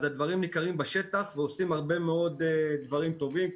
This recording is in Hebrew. הדברים ניכרים בשטח ועושים הרבה מאוד דברים טובים,